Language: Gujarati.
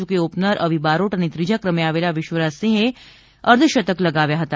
જોકે ઓપનર અવી બારોટ અને ત્રીજા ક્રમે આવેલા વિશ્વરાજસિંહ જાડેજાએ અર્ધશતક લગાવ્યા હતા